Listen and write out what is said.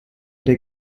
der